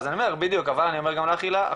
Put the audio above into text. אבל אני אומר גם לך הילה,